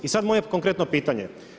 I sad moje to konkretno pitanje.